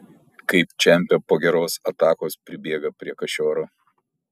kaip čempe po geros atakos pribėga prie kašioro